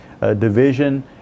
division